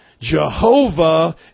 Jehovah